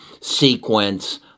sequence